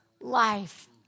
life